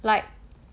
like